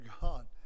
God